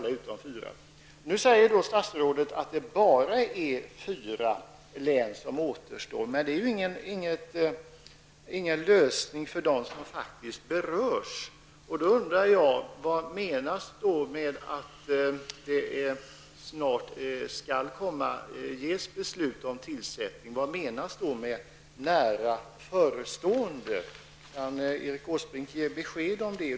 Nu säger statsrådet att det bara är fyra län som återstår. Men det är ingen lösning för dem som faktiskt berörs. Jag undrar vad som menas med att det snart skall fattas beslut om tillsättning. Vad menas med ''nära förestående''? Kan Erik Åsbrink ge besked?